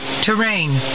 Terrain